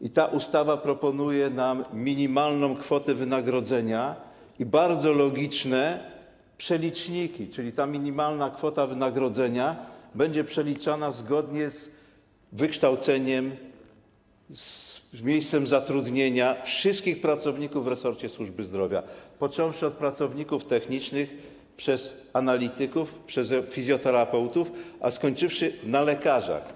I ta ustawa proponuje nam minimalną kwotę wynagrodzenia i bardzo logiczne przeliczniki, czyli ta minimalna kwota wynagrodzenia będzie przeliczana zgodnie z wykształceniem, z miejscem zatrudnienia wszystkich pracowników w resorcie służby zdrowia, począwszy od pracowników technicznych, przez analityków, fizjoterapeutów, a skończywszy na lekarzach.